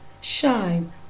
shine